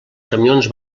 camions